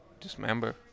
dismember